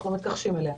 אנחנו מתייחסים אליה.